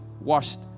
washed